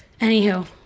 Anywho